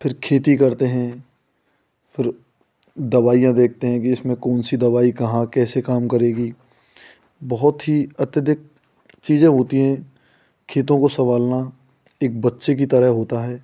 फिर खेती करते हैं फिर दवाइयाँ देखते हैं कि इसमें कौन सी दवाई कहाँ कैसे काम करेगी बहुत ही अत्यधिक चीज़ें होती हैं खेतों को सम्भालना एक बच्चे की तरह होता है